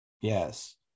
Yes